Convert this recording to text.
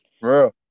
Bro